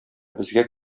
безгә